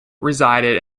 resided